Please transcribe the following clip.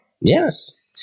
Yes